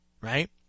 right